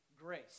grace